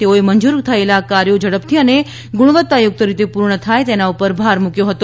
તેઓએ મંજૂર થયેલા કાર્યો ઝડપથી અને ગુણવત્તાયુક્ત રીતે પૂર્ણ થાય તેના પર ભાર મૂક્યો હતો